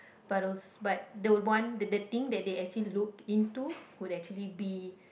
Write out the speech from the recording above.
but but the one the thing that they actually look into would actually be